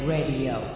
Radio